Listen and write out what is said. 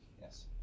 Yes